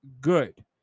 Good